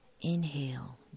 Inhale